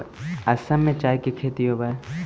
असम में चाय के खेती होवऽ हइ